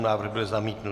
Návrh byl zamítnut.